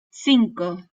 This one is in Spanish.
cinco